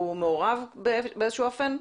הוא מעורב באיזה שהוא אופן?